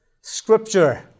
scripture